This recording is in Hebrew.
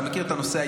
אתה מכיר את הנושא,